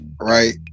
right